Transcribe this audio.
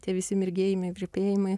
tie visi mirgėjimai virpėjimai